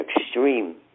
extreme